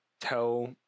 tell